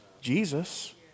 Jesus